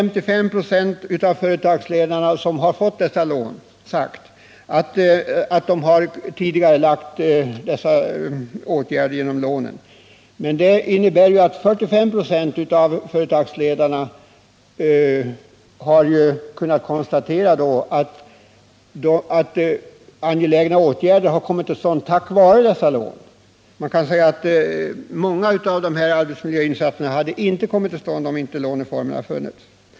Visserligen har 55 96 av företagsledarna som fått dessa lån sagt att de har tidigarelagt dessa åtgärder med hjälp av lånen. Men det innebär att resterande 45 96 av företagsledarna har kunnat konstatera att angelägna åtgärder har kunnat komma till stånd tack vare dessa lån. Många av insatserna hade säkerligen inte kommit till stånd om lånen inte funnits.